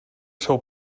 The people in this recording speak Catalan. seu